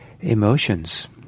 Emotions